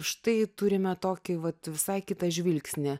štai turime tokį vat visai kitą žvilgsnį